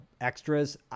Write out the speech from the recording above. extras